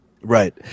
Right